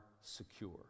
secure